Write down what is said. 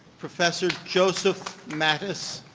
professor joseph mattis.